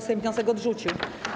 Sejm wniosek odrzucił.